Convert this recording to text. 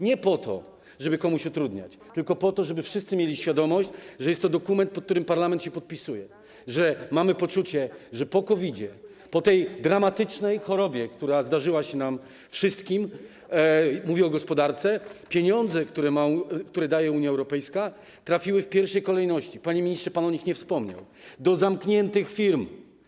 Nie po to, żeby komuś utrudniać, tylko po to, żeby wszyscy mieli świadomość, że jest to dokument, pod którym parlament się podpisuje, że mamy poczucie, że po COVID, po tej dramatycznej chorobie, która zdarzyła się nam wszystkim, mówię o gospodarce, pieniądze, które daje Unia Europejska, trafiły w pierwszej kolejności - panie ministrze, pan o nich nie wspomniał - do zamkniętych firm.